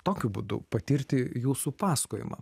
tokiu būdu patirti jūsų pasakojimą